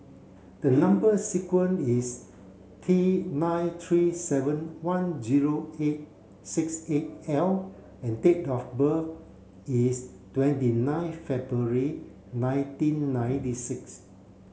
the number sequence is T nine three seven one zero eight six eight L and date of birth is twenty nine February nineteen ninety six